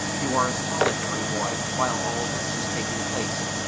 you are a solitary boy while all this is taking place,